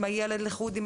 הילד וכולי.